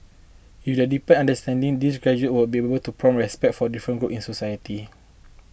with their deepened understanding these graduates would be able to promote respect for different groups in society